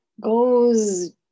goes